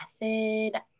method